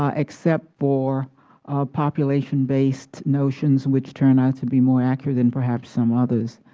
um except for population-based notions, which turn out to be more accurate than perhaps some others.